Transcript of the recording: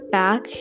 back